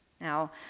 Now